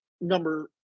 number